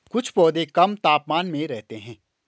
कुछ पौधे कम तापमान में रहते हैं